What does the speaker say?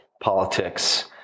politics